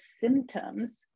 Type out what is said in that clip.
symptoms